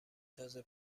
تازه